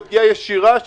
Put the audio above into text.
זו פגיעה ישירה,